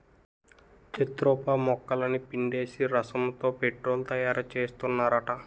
jatropha మొక్కలని పిండేసి రసంతో పెట్రోలు తయారుసేత్తన్నారట